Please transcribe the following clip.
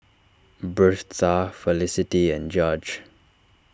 Birtha Felicity and Judge